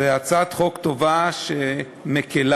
זו הצעת חוק טובה, שמקִלה.